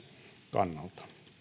kannalta